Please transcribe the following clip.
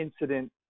incident